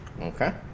Okay